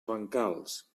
bancals